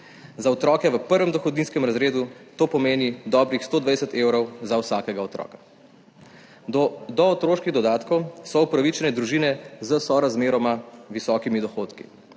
Za otroke v prvem dohodninskem razredu to pomeni dobrih 120 evrov za vsakega otroka. Do otroških dodatkov so upravičene družine s sorazmeroma visokimi dohodki,